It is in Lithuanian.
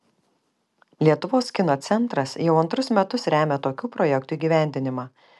lietuvos kino centras jau antrus metus remia tokių projektų įgyvendinimą